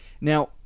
Now